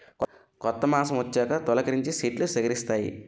కొత్త మాసమొచ్చాక తొలికరించి సెట్లు సిగిరిస్తాయి